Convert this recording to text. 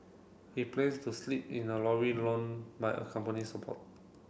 he plans to sleep in a lorry loaned by a company supporter